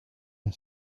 and